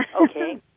Okay